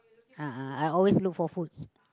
a'ah I always look for food